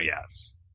Yes